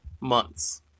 months